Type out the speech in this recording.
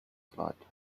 flight